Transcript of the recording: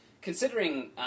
Considering